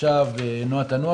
כמדומני זה נקרא "נוע תנוע",